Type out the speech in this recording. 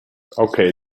okay